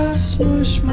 smoosh